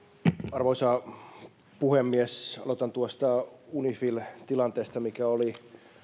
arvoisa puhemies aloitan tuosta unifil tilanteesta mikä oli